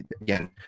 again